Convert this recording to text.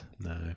No